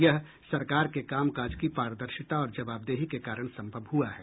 यह सरकार के कामकाज की पारदर्शिता और जवाबदेही के कारण संभव हुआ है